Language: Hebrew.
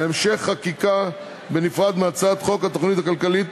להמשך חקיקה בנפרד מהצעת חוק התוכנית הכלכלית